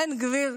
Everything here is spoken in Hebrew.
בן גביר,